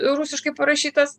rusiškai parašytas